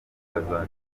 bazagira